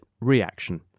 reaction